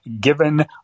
given